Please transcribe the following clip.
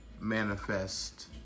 manifest